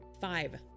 Five